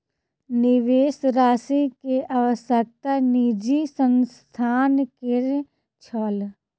निवेश राशि के आवश्यकता निजी संस्थान के छल